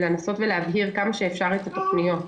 לנסות ולהבהיר כמה שאפשר את התוכניות.